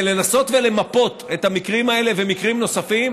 לנסות ולמפות את המקרים האלה ומקרים נוספים,